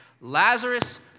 Lazarus